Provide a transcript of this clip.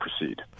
proceed